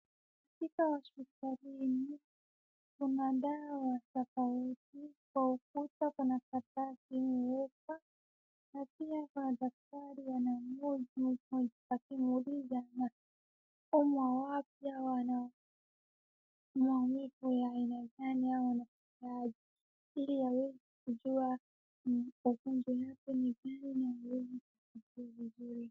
Picha ya hospitalini, kuna dawa tofauti, kwa ukuta kuna karatasi imewekwa na pia kuna daktari anamhoji mgonjwa akimuuliza unaumwa wapi au ana maumivu ya aina gani au anaskia aje ili aweze kujua ni ugonjwa upi na aweze kusikia vizuri.